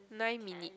nine minute